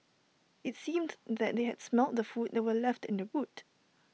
IT seemed that they had smelt the food that were left in the boot